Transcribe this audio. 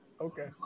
okay